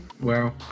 Wow